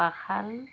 পাখাল